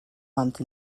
month